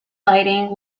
lighting